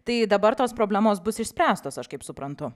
tai dabar tos problemos bus išspręstos aš kaip suprantu